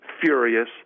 Furious